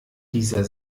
dieser